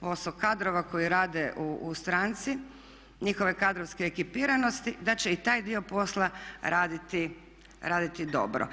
posao kadrova koji rade u stranci, njihove kadrovske ekipiranosti, da će i taj dio posla raditi dobro.